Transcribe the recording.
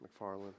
McFarland